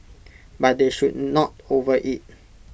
but they should not overeat